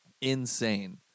insane